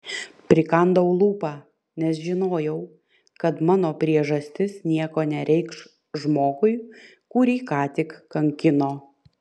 prikandau lūpą nes žinojau kad mano priežastis nieko nereikš žmogui kurį ką tik kankino